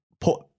put